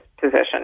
position